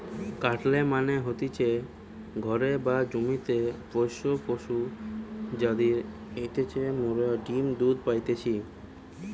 কাটেল মানে হতিছে ঘরে বা জমিতে পোষ্য পশু যাদির হইতে মোরা ডিম্ দুধ পাইতেছি